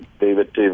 David